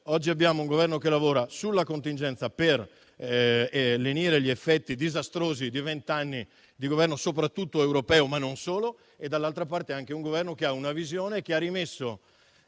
Oggi abbiamo un Governo che lavora sulla contingenza per lenire gli effetti disastrosi di vent'anni di governo, soprattutto europeo, ma non solo, e dall'altra parte, anche un Governo che ha una visione che ha rimesso